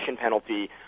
penalty